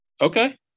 Okay